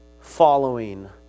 following